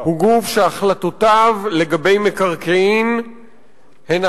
הוא גוף שהחלטותיו לגבי מקרקעין הן